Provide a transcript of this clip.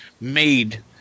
made